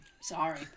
sorry